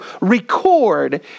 record